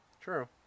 True